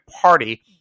Party